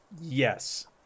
Yes